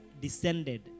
descended